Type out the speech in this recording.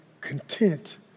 content